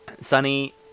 sunny